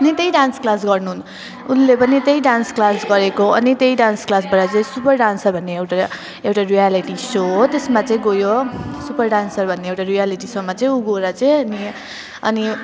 यहीँकै dance class गर्नु उनले पनि त्यही डान्स क्लास गरेको हो अनि त्यही डान्स क्लासबाट चाहिँ सुपर डान्सर भन्ने एउटा एउटा रियालिटी सो हो त्यसमा चाहिँ गयो सुपर डान्सर भन्ने एउटा रियालिटी सोमा चाहिँ ऊ गएर चाहिँ अनि